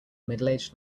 middleaged